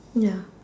ya